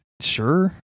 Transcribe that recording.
sure